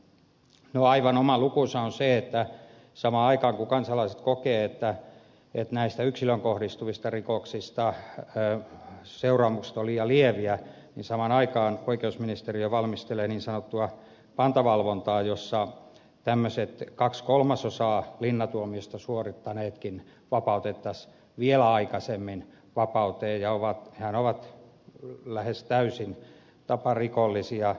no aivan oma lukunsa on se että samaan aikaan kun kansalaiset kokevat että näistä yksilöön kohdistuvista rikoksista seuraamukset ovat liian lieviä oikeusministeriö valmistelee niin sanottua pantavalvontaa jossa tämmöiset kaksi kolmasosaa linnatuomiosta suorittaneetkin vapautettaisiin vielä aikaisemmin vapauteen ja hehän ovat lähes täysin taparikollisia